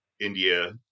India